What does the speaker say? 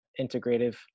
integrative